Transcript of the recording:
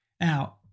Now